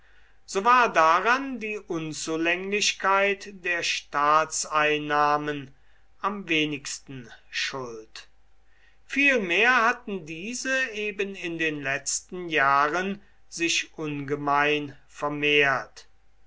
so war daran die unzulänglichkeit der staatseinnahmen am wenigsten schuld vielmehr hatten diese eben in den letzten jahren sich ungemein vermehrt